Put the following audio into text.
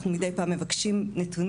אנחנו מידי פעם מבקשים נתונים,